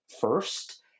first